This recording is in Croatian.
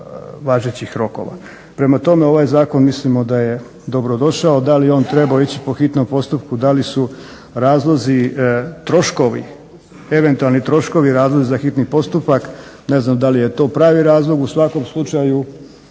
važećih rokova. Prema tome, ovaj zakon mislimo da je dobro došao. Da li je on trebao ići po hitnom postupku, da li su razlozi troškovi, eventualni troškovi, razlozi za hitni postupak ne znam da li je to pravi razlog. U svakom slučaju